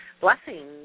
blessing